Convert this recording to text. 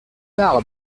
part